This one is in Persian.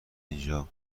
اینجا